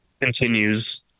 continues